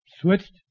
Switched